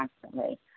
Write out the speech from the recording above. constantly